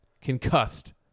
concussed